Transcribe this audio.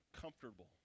comfortable